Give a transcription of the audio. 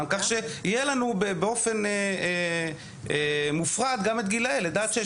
כך שיהיה לנו באופן מופרד גם את גילאי לידה עד שש.